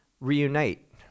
reunite